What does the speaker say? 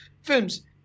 films